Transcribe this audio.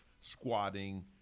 squatting